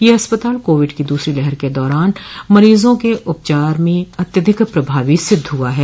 यह अस्पताल कोविड की दूसरी लहर के दौरान मरीजों के उपचार में अत्यधिक प्रभावी सिद्ध हुआ है